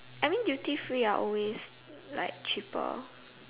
I mean duty free are always like cheaper